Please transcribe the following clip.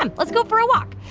um let's go for a walk.